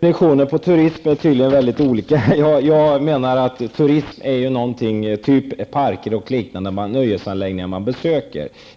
Herr talman! Intentionerna beträffande turismen är tydligen väldigt olika. Jag menar att turism omfattar sådant som parker och andra nöjesanläggningar.